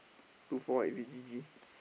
two four is it G_G